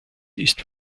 ist